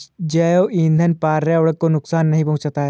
जैव ईंधन पर्यावरण को नुकसान नहीं पहुंचाता है